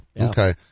Okay